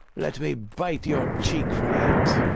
let me bite your cheek for that.